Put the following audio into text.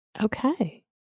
Okay